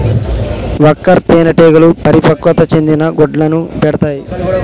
worker తేనెటీగలు పరిపక్వత చెందని గుడ్లను పెడతాయి